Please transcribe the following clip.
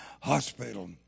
hospital